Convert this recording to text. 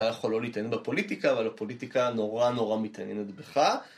אתה יכול לא להתעניין בפוליטיקה, אבל הפוליטיקה נורא נורא מתעניינת בך.